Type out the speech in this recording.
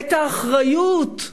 האחריות,